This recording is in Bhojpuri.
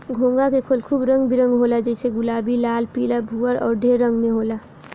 घोंघा के खोल खूब रंग बिरंग होला जइसे गुलाबी, लाल, पीला, भूअर अउर ढेर रंग में होला